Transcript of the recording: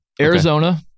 Arizona